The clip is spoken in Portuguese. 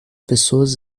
pessoas